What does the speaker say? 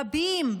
רבים,